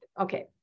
okay